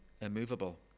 immovable